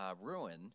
ruin